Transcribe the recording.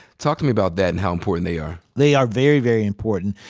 talk to me about that, and how important they are. they are very, very important.